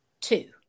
Two